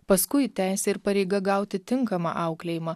paskui teisė ir pareiga gauti tinkamą auklėjimą